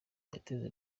yateze